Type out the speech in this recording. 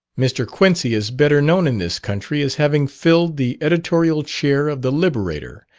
mr. quincy is better known in this country as having filled the editorial chair of the liberator,